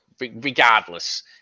regardless